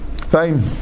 Fine